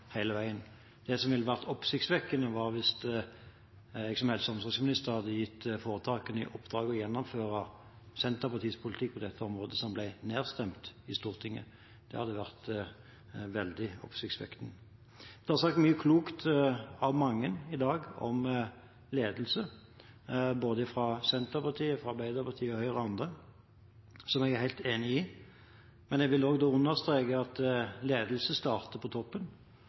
hele tiden. Det som ville vært oppsiktsvekkende, var hvis jeg som helse- og omsorgsminister hadde gitt foretakene i oppdrag å gjennomføre Senterpartiets politikk på dette området, som ble nedstemt i Stortinget. Det hadde vært veldig oppsiktsvekkende. Det er sagt mye klokt av mange i dag om ledelse, både fra Senterpartiet, Arbeiderpartiet, Høyre og andre, som jeg er helt enig i. Men jeg vil understreke at ledelse starter på toppen.